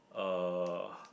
uh